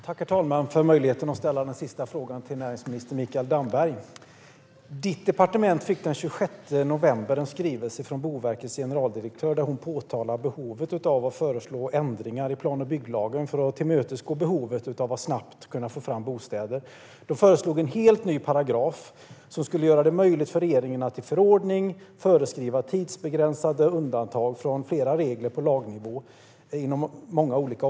Herr talman! Min fråga går till näringsminister Mikael Damberg. Näringsministerns departement fick den 26 november en skrivelse från Boverkets generaldirektör där hon framhåller behovet av och föreslår ändringar i plan och bygglagen för att tillmötesgå behovet av att snabbt kunna få fram bostäder. De föreslår en helt ny paragraf som skulle göra det möjligt för regeringen att i förordning föreskriva tidsbegränsade undantag från flera regler på lagnivå inom många områden.